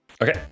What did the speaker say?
Okay